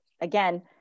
again